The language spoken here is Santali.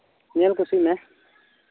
ᱧᱮᱞ ᱠᱩᱥᱤᱜ ᱢᱮ